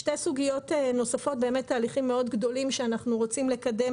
שתי סוגיות נוספות תהליכים גדולים מאוד שאנחנו רוצים לקדם